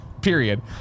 Period